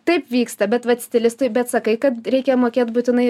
taip vyksta bet vat stilistui bet sakai kad reikia mokėt būtinai